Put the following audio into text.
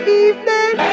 evening